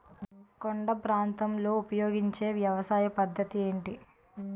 కొండ ప్రాంతాల్లో ఉపయోగించే వ్యవసాయ పద్ధతి ఏంటి?